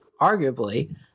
arguably